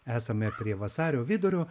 esame prie vasario vidurio